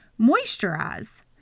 moisturize